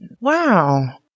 Wow